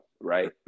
right